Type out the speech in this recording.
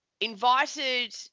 invited